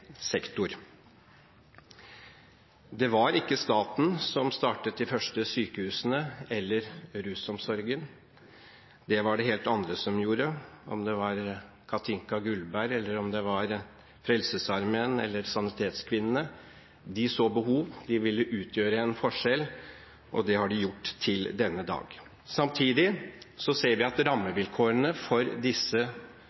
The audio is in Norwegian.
sektor. Det var ikke staten som startet de første sykehusene eller rusomsorgen, det var det helt andre som gjorde – om det var Cathinka Guldberg, Frelsesarmeen eller sanitetskvinnene: De så behov, de ville utgjøre en forskjell, og det har de gjort til denne dag. Samtidig ser vi at rammevilkårene for disse